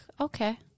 okay